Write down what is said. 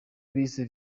bise